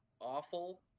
awful